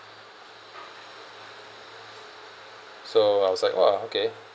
so I was like !wah! okay